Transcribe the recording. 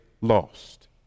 lost